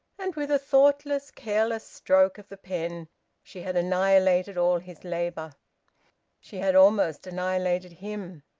and with a thoughtless, careless stroke of the pen she had annihilated all his labour she had almost annihilated him.